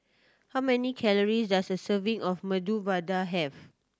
how many calories does a serving of Medu Vada have